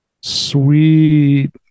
sweet